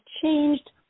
changed